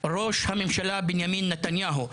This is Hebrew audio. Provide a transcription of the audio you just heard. ראש הממשלה בנימין נתניהו,